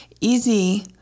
easy